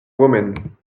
woman